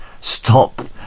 stop